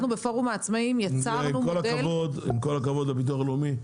אנחנו בפורום העצמאים יצרנו מודל --- עם כל הכבוד לביטוח הלאומי,